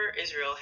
Israel